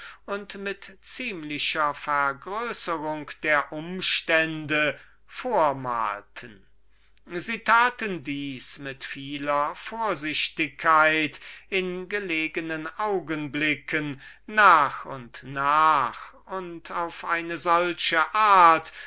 und mit ziemlicher vergrößerung der umstände vormalten sie taten dieses mit vieler vorsichtigkeit in gelegenen augenblicken nach und nach und auf eine solche art